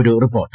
ഒരുറിപ്പോർട്ട്